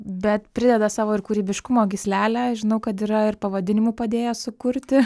bet prideda savo ir kūrybiškumo gyslelę žinau kad yra ir pavadinimų padėjęs sukurti